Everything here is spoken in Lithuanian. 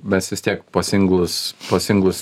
mes vis tiek po singlus po singlus